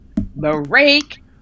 break